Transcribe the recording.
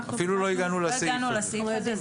לא הגענו לסעיף הזה.